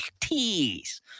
tease